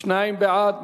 שניים בעד.